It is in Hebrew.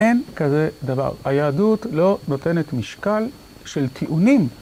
אין כזה דבר. היהדות לא נותנת משקל של טיעונים.